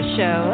Show